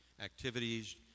activities